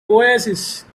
oasis